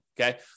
okay